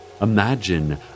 Imagine